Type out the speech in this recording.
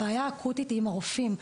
הבעיה האקוטית היא עם הרופאים.